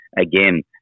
again